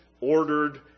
ordered